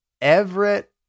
Everett